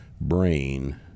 brain